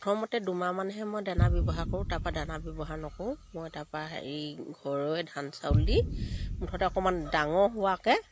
প্ৰথমতে দুমাহ মানহে মই দানা ব্যৱহাৰ কৰোঁ তাৰপা দানা ব্যৱহাৰ নকৰোঁ মই তাৰপা হেৰি ঘৰৰে ধান চাউল দি মুঠতে অকমান ডাঙৰ হোৱাকে